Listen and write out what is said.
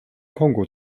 kongo